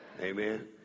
Amen